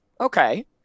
Okay